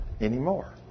anymore